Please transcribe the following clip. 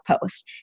post